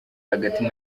hagati